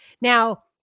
Now